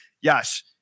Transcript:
yes